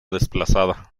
desplazada